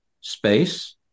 space